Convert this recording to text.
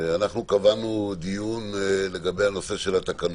קבענו דיון לגבי הנושא של התקנות.